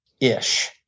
ish